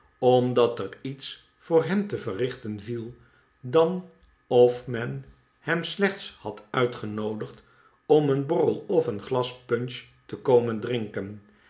omdat er iets voor hem te verrichten viel dan of men hem slechts had uitgenoodigd om een borrel of een glas punch te komen drinken